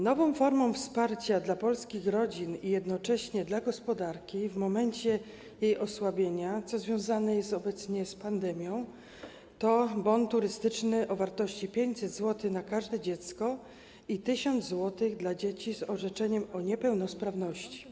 Nowa forma wsparcia dla polskich rodzin i jednocześnie dla gospodarki w momencie jej osłabienia, co związane jest obecnie z pandemią, to bon turystyczny o wartości 500 zł na każde dziecko i 1000 zł dla dzieci z orzeczeniem o niepełnosprawności.